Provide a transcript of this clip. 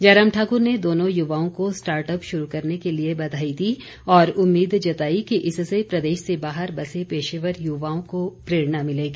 जयराम ठाकुर ने दोनों युवाओं को स्टार्टअप शुरू करने के लिए बधाई दी और उम्मीद जताई कि इससे प्रदेश से बाहर बसे पेशेवर युवाओं को प्रेरणा मिलेगी